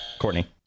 Courtney